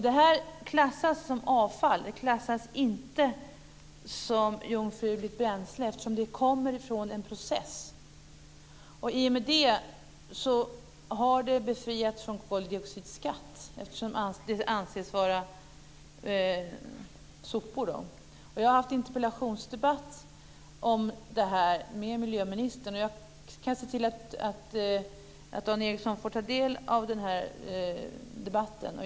Detta klassas som avfall och inte som jungfruligt bränsle, eftersom det kommer från en process. I och med det har det befriats från koldioxidskatt, eftersom det anses vara sopor. Jag har haft en interpellationsdebatt om detta med miljöministern. Och jag kan se till att Dan Ericsson får ta del av den debatten.